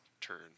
turn